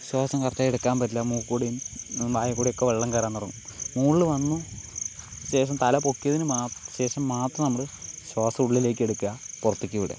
ശ്വാസം കറക്ടായിട്ട് എടുക്കാൻ പറ്റില്ല മൂക്കിൽക്കൂടെയും വായിൽക്കൂടെയും ഒക്കെ വെള്ളം കയറാൻ തുടങ്ങും മുകളിൽ വന്നു ശേഷം തല പൊക്കിയതിന് ശേഷം മാത്രം നമ്മൾ ശ്വാസം ഉള്ളിലേക്ക് എടുക്കുക പുറത്തേക്ക് വിടുക